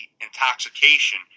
intoxication